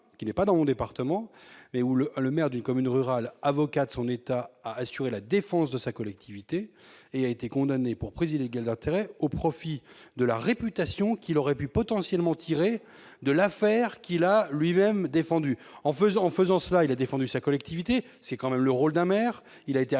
qui n'est pas dans mon département et où le le maire d'une commune rurale, avocat de son état, a assuré la défense de sa collectivité et a été condamné pour prise illégale d'intérêt, au profit de la réputation qu'il aurait pu potentiellement tiré de l'affaire qui l'a lui même défendu en faisant en faisant cela, il a défendu sa collectivité, c'est quand même le rôle d'un maire, il a été